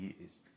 years